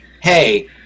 hey